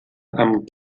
amb